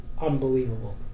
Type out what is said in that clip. unbelievable